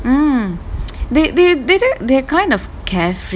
mm they they they the kind of carefree